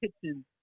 kitchen